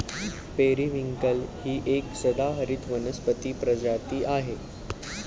periwinkle ही एक सदाहरित वनस्पती प्रजाती आहे